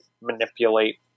Manipulate